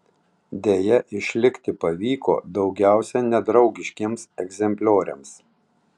deja išlikti pavyko daugiausiai nedraugiškiems egzemplioriams